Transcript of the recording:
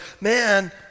man